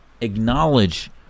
acknowledge